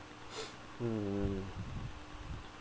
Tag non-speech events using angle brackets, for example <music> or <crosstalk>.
<noise> mm mm